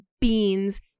Beans